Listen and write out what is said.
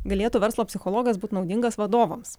galėtų verslo psichologas būt naudingas vadovams